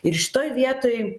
ir šitoj vietoj